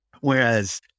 Whereas